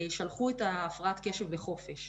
שלחו את הפרעת הקשב לחופש.